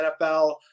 NFL